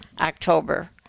October